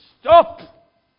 stop